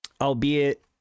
albeit